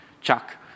Chuck